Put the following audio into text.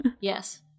yes